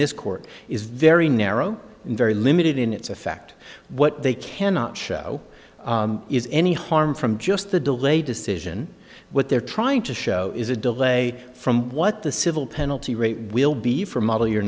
this court is very narrow and very limited in its effect what they cannot show is any harm from just the delay decision what they're trying to show is a delay from what the civil pen the rate will be for model y